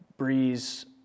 breeze